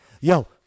Yo